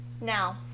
Now